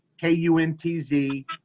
K-U-N-T-Z